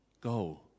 Go